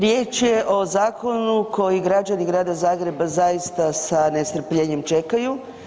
Riječ je o zakonu koji građani grada Zagreba zaista sa nestrpljenjem čekaju.